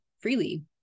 freely